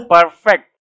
Perfect